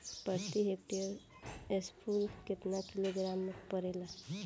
प्रति हेक्टेयर स्फूर केतना किलोग्राम परेला?